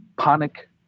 panic